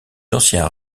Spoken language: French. anciens